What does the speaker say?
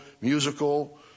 musical